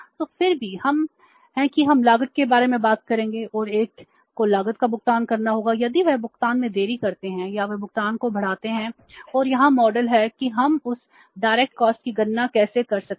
तो फिर भी हम हैं कि हम लागत के बारे में बात करेंगे और 1 को लागत का भुगतान करना होगा यदि वे भुगतान में देरी करते हैं या वे भुगतान को बढ़ाते हैं और यहां मॉडल की गणना कैसे कर सकते हैं